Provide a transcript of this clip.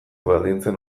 baldintzen